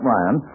Ryan